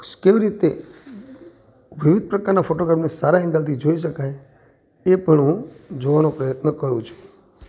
સ કેવી રીતે વિવિધ પ્રકારનાં ફોટોગ્રાફને સારા એંગલથી જોઈ શકાય એ પણ હું જોવાનું પ્રયત્ન કરું છું